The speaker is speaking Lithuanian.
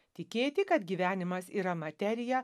tikėti kad gyvenimas yra materija